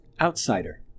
outsider